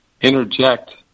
interject